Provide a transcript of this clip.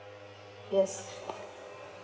yes